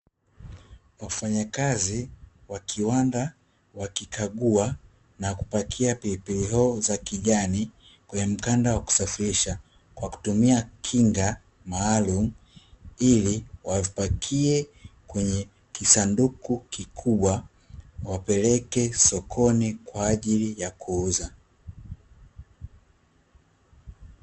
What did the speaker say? Wafanyakazi wa kiwanda wakikagua na kupakia pilipili hoho za kijani, kwenye mkanda wa kusafirisha kwa kutumia kinga maalumu, ili wavipakie kwenye kisanduku kikubwa, wapeleke sokoni kwa ajili ya kuuza.